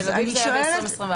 תל אביב היה ב-2021.